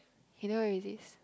he never release